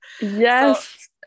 Yes